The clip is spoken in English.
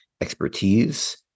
expertise